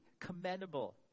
commendable